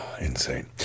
insane